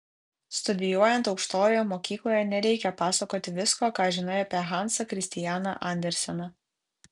studijuojant aukštojoje mokykloje nereikia pasakoti visko ką žinai apie hansą kristianą anderseną